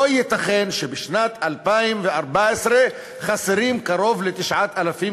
לא ייתכן שבשנת 2014 חסרות קרוב ל-9,000